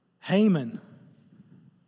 Haman